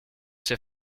ses